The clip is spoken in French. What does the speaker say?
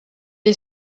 est